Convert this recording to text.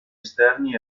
esterni